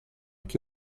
che